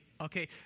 okay